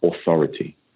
authority